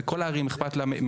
וכל הערים אכפת לה.